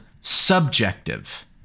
subjective